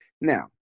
Now